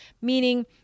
meaning